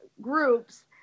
groups